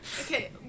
Okay